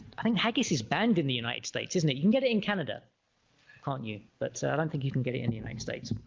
i think haggis is banned in the united states isn't it you can get it in canada aren't you but so i don't think you can get it in the united states